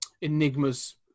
Enigma's